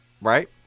Right